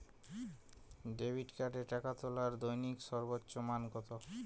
Debit কার্ডে টাকা তোলার দৈনিক সর্বোচ্চ মান কতো?